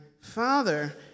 father